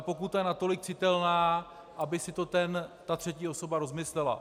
Pokuta je natolik citelná, aby si to ta třetí osoba rozmyslela.